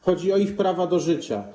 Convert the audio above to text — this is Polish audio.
Chodzi o ich prawo do życia.